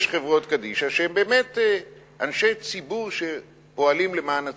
יש חברות קדישא שהן באמת אנשי ציבור שפועלים למען הציבור,